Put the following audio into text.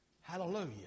Hallelujah